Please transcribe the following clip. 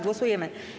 Głosujemy.